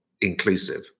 inclusive